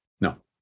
No